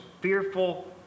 fearful